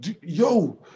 Yo